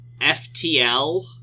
FTL